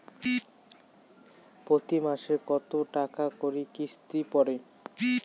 প্রতি মাসে কতো টাকা করি কিস্তি পরে?